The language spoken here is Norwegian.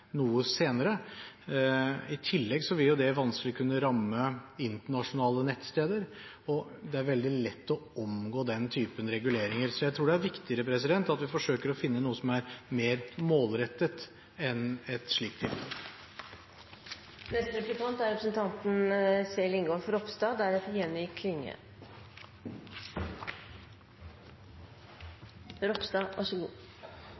noe senere. I tillegg vil jo det vanskelig kunne ramme internasjonale nettsteder, og det er veldig lett å omgå den typen reguleringer. Så jeg tror det er viktigere at vi forsøker å finne noe som er mer målrettet enn et slikt